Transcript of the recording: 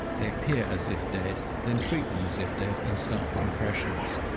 they appear as if dead, then treat them as if dead, and start compressions.